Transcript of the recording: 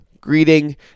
greeting